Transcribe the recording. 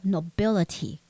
,Nobility